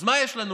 אז מה יש לנו?